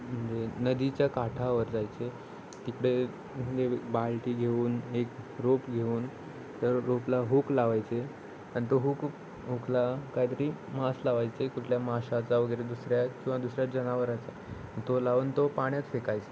म्हणजे नदीच्या काठावर जायचे तिकडे बादली घेऊन एक रोप घेऊन त्या रोपला हूक लावायचे आणि तो हूक हुकला काहीतरी मास लावायचे कुठल्या माशाचा वगैरे दुसऱ्या किंवा दुसऱ्या जनावराचा तो लावून तो पाण्यात फेकायचा